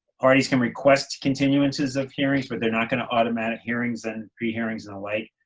parties can request continuances of hearings, but they're not going to automatic hearings and prehearings and the like,